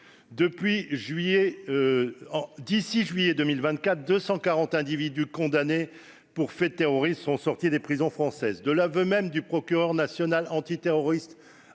de juillet 2024, quelque 240 individus condamnés pour des faits de terrorisme seront sortis des prisons françaises. De l'aveu même du procureur national antiterroriste,